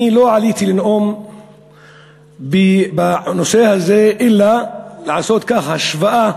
לא עליתי לנאום בנושא הזה אלא לעשות השוואה,